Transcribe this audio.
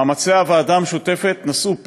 מאמצי הוועדה המשותפת נשאו פרי: